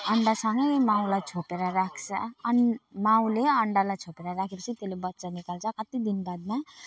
अण्डासँगै माउलाई छोपेर राख्छ अनि माउले अण्डालाई छोपेर राखे पछि त्यसले बच्चा निकाल्छ कति दिन बादमा